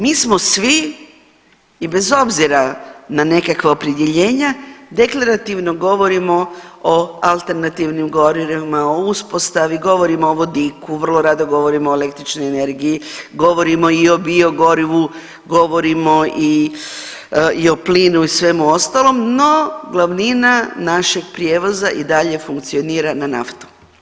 Mi smo svi i bez obzira na nekakva opredjeljenja deklarativno govorimo o alternativnim gorivima, o uspostavi, govorimo o vodiku, vrlo rado govorimo o električnoj energiji, govorimo i o biogorivu, govorimo i o plinu i svemu ostalom, no glavnina našeg prijevoza i dalje funkcionira na naftu.